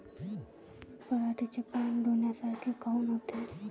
पराटीचे पानं डोन्यासारखे काऊन होते?